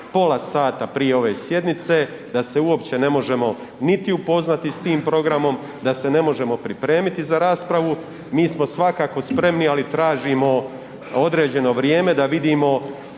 pola sata prije ove sjednice da se uopće ne možemo niti upoznati s tim programom, da se ne možemo pripremiti za raspravu, mi smo svakako spremni, ali tražimo određeno vrijeme da vidimo